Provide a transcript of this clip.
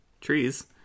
trees